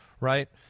right